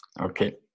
Okay